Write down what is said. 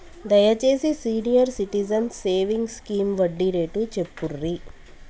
దయచేసి senior citizens savings scheme వడ్డీ rate చెప్పుర్రి